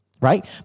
right